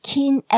King